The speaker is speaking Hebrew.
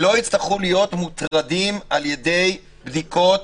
שלא יצטרכו להיות מוטרדים על ידי בדיקות